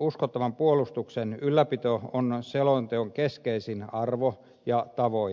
uskottavan puolustuksen ylläpito on selonteon keskeisin arvo ja tavoite